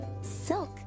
Silk